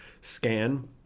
scan